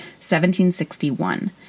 1761